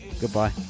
goodbye